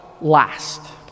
last